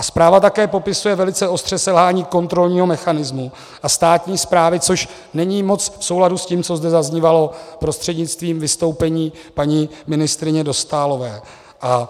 Zpráva také velice ostře popisuje selhání kontrolního mechanismu a státní správy, což není moc v souladu s tím, co zde zaznívalo prostřednictvím vystoupení paní ministryně Dostálové.